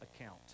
account